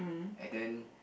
and then